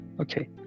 Okay